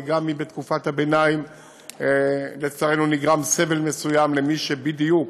וגם אם בתקופת הביניים לצערנו נגרם סבל מסוים למי שבדיוק